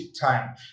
time